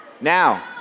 Now